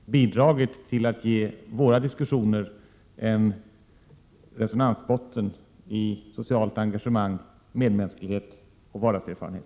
De har bidragit till att ge våra diskussioner en resonansbotten i socialt engagemang, medmänsklighet och klok vardagserfarenhet.